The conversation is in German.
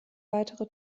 weitere